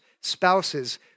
spouses